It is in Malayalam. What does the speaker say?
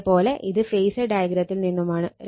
അതേ പോലെ ഇത് ഫേസർ ഡയഗ്രത്തിൽ നിന്നുമാണ്